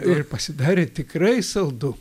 ir pasidarė tikrai saldu